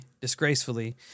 disgracefully